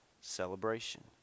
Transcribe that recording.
Celebration